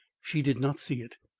she did not see it.